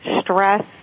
stress